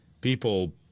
people